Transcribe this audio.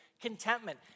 contentment